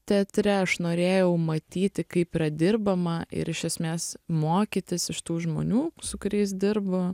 teatre aš norėjau matyti kaip yra dirbama ir iš esmės mokytis iš tų žmonių su kuriais dirbu